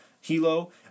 Hilo